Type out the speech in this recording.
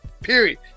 Period